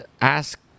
ask